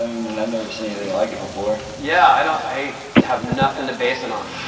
never seen anything like it before yeah, i don't i hate to have nothing to base it on